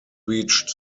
reached